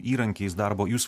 įrankiais darbo jūs